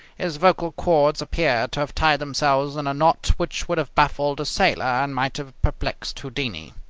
his vocal cords appeared to have tied themselves in a knot which would have baffled a sailor and might have perplexed houdini.